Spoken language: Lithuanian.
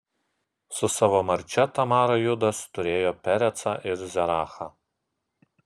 su savo marčia tamara judas turėjo perecą ir zerachą